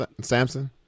Samson